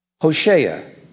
Hosea